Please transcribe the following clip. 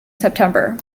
september